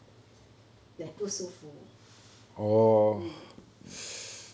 like 不舒服